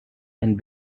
and